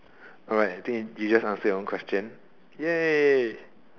alright I think you just answered your own question ya